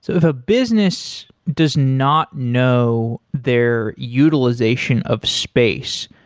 so if a business does not know their utilization of space,